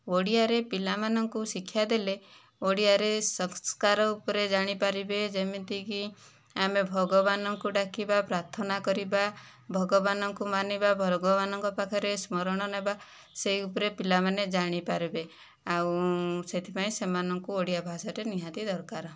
ଓଡ଼ିଆରେ ପିଲାମାନଙ୍କୁ ଶିକ୍ଷା ଦେଲେ ଓଡ଼ିଆରେ ସଂସ୍କାର ଉପରେ ଜାଣିପାରିବେ ଯେମିତି କି ଆମେ ଭଗବାନଙ୍କୁ ଡାକିବା ପ୍ରାର୍ଥନା କରିବା ଭଗବାନଙ୍କୁ ମାନିବା ଭଗବାନଙ୍କ ପାଖରେ ସ୍ମରଣ ନେବା ସେହି ଉପରେ ପିଲାମାନେ ଜାଣି ପାରିବେ ଆଉ ସେଥିପାଇଁ ସେମାନଙ୍କୁ ଓଡ଼ିଆ ଭାଷାଟା ନିହାତି ଦରକାର